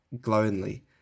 glowingly